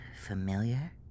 familiar